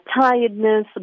tiredness